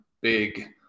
big